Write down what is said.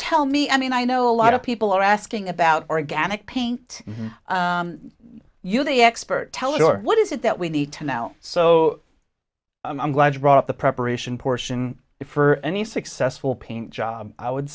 tell me i mean i know a lot of people are asking about organic paint you the expert tell it or what is it that we need to know so i'm glad you brought up the preparation portion for any successful paint job i would